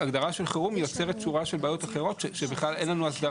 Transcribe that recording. הגדרה של חירום יוצרת צורה של בעיות אחרות שבכלל אין לנו,